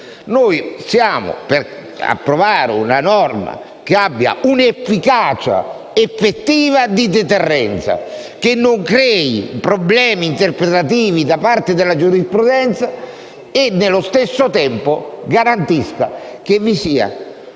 Noi siamo per l'approvazione di una norma che abbia un'effettiva efficacia di deterrenza, che non crei problemi interpretativi da parte della giurisprudenza e, nello stesso tempo, garantisca una punizione effettiva